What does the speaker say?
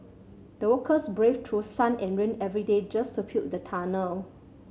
the workers braved through sun and rain every day just to build the tunnel